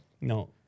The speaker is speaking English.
No